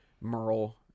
Merle